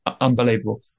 unbelievable